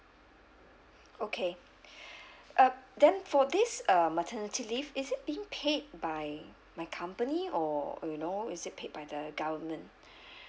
okay uh then for this um maternity leave is it being paid by my company or you know is it paid by the government